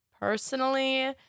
personally